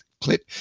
clip